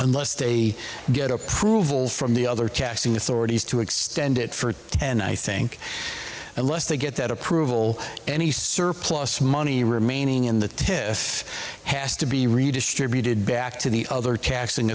they get approval from the other taxing authorities to extend it further and i think unless they get that approval any surplus money remaining in the test has to be redistributed back to the other taxing